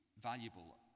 valuable